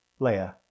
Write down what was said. Leia